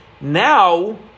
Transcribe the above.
Now